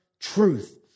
truth